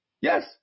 Yes